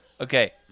Okay